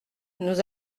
nous